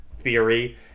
theory